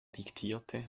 diktierte